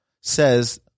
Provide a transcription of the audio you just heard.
says